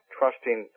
trusting